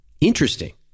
Interesting